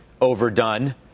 overdone